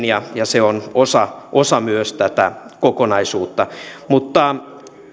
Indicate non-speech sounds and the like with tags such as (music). (unintelligible) ja myös se on osa osa tätä kokonaisuutta mutta